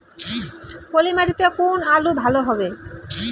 পলি মাটিতে কোন আলু ভালো হবে?